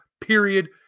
period